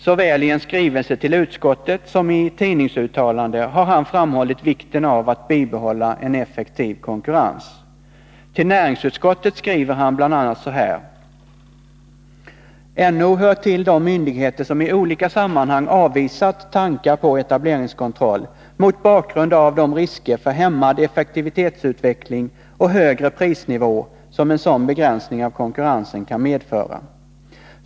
Såväl i en skrivelse till utskottet som i tidningsuttalanden har han framhållit vikten av att bibehålla en effektiv konkurrens. Till näringsutskottet skriver han bl.a. så här: ”NO hör till de myndigheter som i olika sammanhang avvisat tankar om etableringskontroll mot bakgrund av de risker för hämmad effektivitetsutveckling och högre prisnivå som en sådan begränsning av konkurrensen kan medföra.